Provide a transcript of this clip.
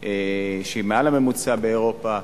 שהיא מעל הממוצע באירופה,